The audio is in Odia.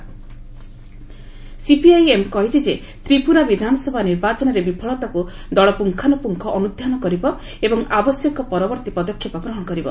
ସିପିଆଇ ଏମ୍ ରେଜଲ୍ଟ ସିପିଆଇ ଏମ୍ କହିଛି ଯେ ତ୍ରିପୁରା ବିଧାନସଭା ନିର୍ବାଚନରେ ବିଫଳତାକୁ ଦଳ ପୁଙ୍ଗାନୁପୁଙ୍ଗ ଅନୁଧ୍ୟାନ କରିବ ଏବଂ ଆବଶ୍ୟକୀୟ ପରବର୍ତ୍ତୀ ପଦକ୍ଷେପ ଗ୍ରହଣ କରିବ